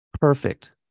perfect